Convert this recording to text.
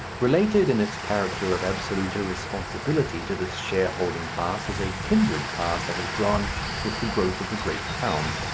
related in its character of absolute irresponsibility to this shareholding class is a kindred class that has grown with the growth of the great towns,